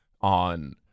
on